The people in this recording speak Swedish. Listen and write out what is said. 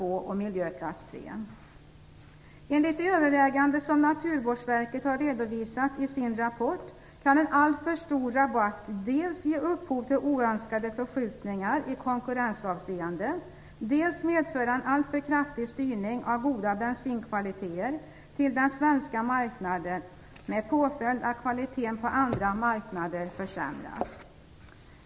Naturvårdsverket har redovisat i sin rapport kan en alltför stor rabatt dels ge upphov till oönskade förskjutningar i konkurrensavseende, dels medföra en alltför kraftig styrning av goda bensinkvaliteter till den svenska marknaden med påföljd att kvaliteten på andra marknader försämras.